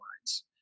lines